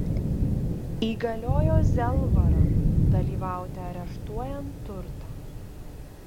įgaliojo zelvarą dalyvauti areštuojant turtą